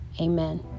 Amen